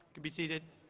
be seated.